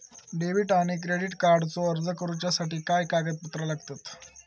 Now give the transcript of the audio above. Debit आणि credit कार्डचो अर्ज करुच्यासाठी काय कागदपत्र लागतत?